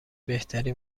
بهتری